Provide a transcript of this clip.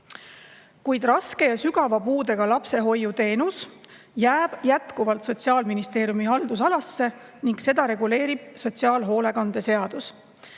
Kuid raske ja sügava puudega lapse hoiuteenus jääb jätkuvalt Sotsiaalministeeriumi haldusalasse ning seda reguleerib sotsiaalhoolekande seadus.